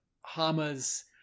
Hama's